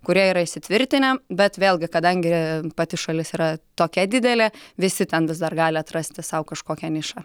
kurie yra įsitvirtinę bet vėlgi kadangi pati šalis yra tokia didelė visi ten vis dar gali atrasti sau kažkokią nišą